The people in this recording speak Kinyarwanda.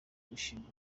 gushinga